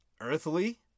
earthly